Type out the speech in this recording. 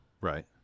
Right